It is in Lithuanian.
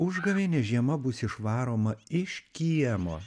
užgavėnę žiema bus išvaroma iš kiemo